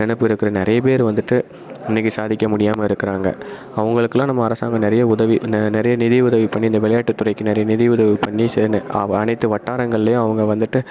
நினப்பு இருக்கிற நிறைய பேர் வந்துவிட்டு இன்னைக்கு சாதிக்க முடியாமல் இருக்கிறாங்க அவங்களுக்குலாம் நம்ம அரசாங்கம் நிறைய உதவி நெ நிறைய நிதி உதவி பண்ணி இந்த விளையாட்டுத்துறைக்கு நிறைய நிதி உதவி பண்ணி சேர்ந்த அவ் அனைத்து வட்டாரங்கள்லையும் அவங்க வந்துவிட்டு